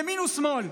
ימין ושמאל,